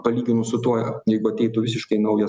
palyginus su tuo jeigu ateitų visiškai naujas